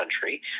country